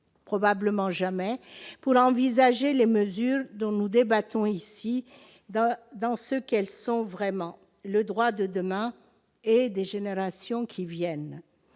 politicienne pour envisager les mesures dont nous débattons ici dans ce qu'elles sont vraiment, c'est-à-dire le droit de demain et des générations qui viennent